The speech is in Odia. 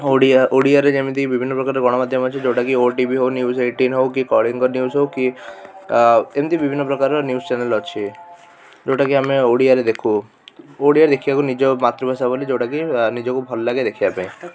ଓଡ଼ିଆ ଓଡ଼ିଆରେ ଯେମିତି ବିଭିନ୍ନ ପ୍ରକାରର ଗଣମାଧ୍ୟମ ଅଛି ଯେଉଁଟା କି ଓ ଟି ଭି ହଉ ନ୍ୟୁଜ୍ ଏଇଟିନ୍ ହଉ କି କଳିଙ୍ଗ ନ୍ୟୁଜ୍ ହଉ କି ଏମିତି ବିଭିନ୍ନ ପ୍ରକାରର ନ୍ୟୁଜ୍ ଚ୍ୟାନେଲ୍ ଅଛି ଯେଉଁଟା କି ଆମେ ଓଡ଼ିଆରେ ଦେଖୁ ଓଡ଼ିଆରେ ଦେଖିବାକୁ ନିଜ ମାତୃଭାଷା ବୋଲି ଯେଉଁଟା କି ନିଜକୁ ଭଲ ଲାଗେ ଦେଖିବା ପାଇଁ